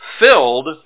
filled